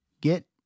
Get